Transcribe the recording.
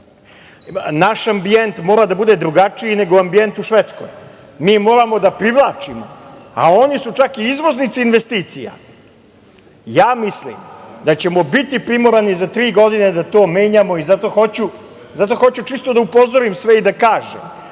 Naš ambijent mora da bude drugačiji nego ambijent u Švedskoj. Mi moramo da privlačimo, a oni su čak i izvoznici investicija. Mislim da ćemo biti primorani za tri godine da to menjamo i zato hoću čisto da upozorim sve i da kažem